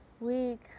week